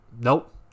Nope